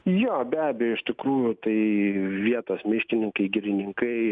jo be abejo iš tikrųjų tai vietos miškininkai girininkai